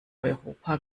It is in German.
europa